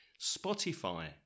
Spotify